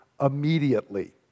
immediately